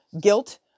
guilt